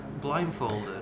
blindfolded